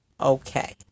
okay